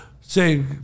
say